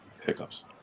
Hiccups